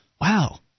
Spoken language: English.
wow